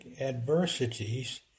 adversities